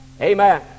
Amen